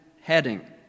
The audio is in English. heading